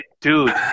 Dude